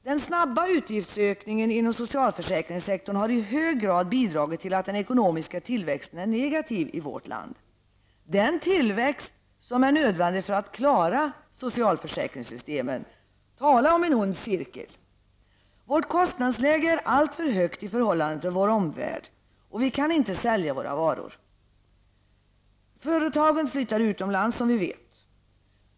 Den snabba utgiftsökningen inom socialförsäkringssektorn har i hög grad bidragit till att den ekonomiska tillväxten är negativ i vårt land, den tillväxt som är nödvändig för att klara socialförsäkringssystemen! Tala om en ond cirkel! Vårt kostnadsläge är alltför högt i förhållande till vår nära omvärld, och vi kan inte sälja våra varor. Företagen flyttar som bekant utomlands.